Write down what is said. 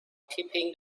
keeping